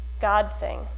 God-thing